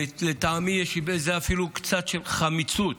לטעמי יש בזה אפילו קצת חמיצות: